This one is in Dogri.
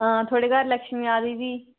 आं थुहाड़े घर लक्ष्मी आई दी